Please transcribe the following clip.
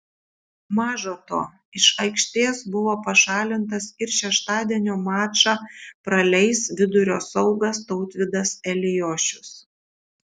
maža to iš aikštės buvo pašalintas ir šeštadienio mačą praleis vidurio saugas tautvydas eliošius